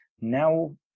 Now